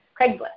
Craigslist